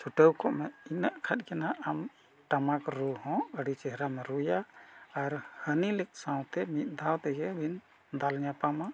ᱪᱷᱩᱴᱟᱹᱣ ᱠᱚᱜᱢᱮ ᱤᱱᱟᱹᱜ ᱠᱷᱟᱱᱜᱮ ᱱᱟᱜ ᱟᱢ ᱴᱟᱢᱟᱠ ᱨᱩ ᱦᱚᱸ ᱟᱹᱰᱤ ᱪᱮᱦᱨᱟᱢ ᱨᱩᱭᱟ ᱟᱨ ᱦᱟᱹᱱᱤ ᱞᱮ ᱥᱟᱶᱛᱮ ᱢᱤᱫ ᱫᱷᱟᱣ ᱛᱮᱜᱮ ᱵᱤᱱ ᱫᱟᱞ ᱧᱟᱯᱟᱢᱟ